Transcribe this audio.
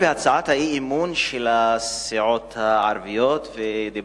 בהצעת האי-אמון של הסיעות הערביות אתמול